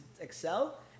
Excel